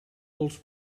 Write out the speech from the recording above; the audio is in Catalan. els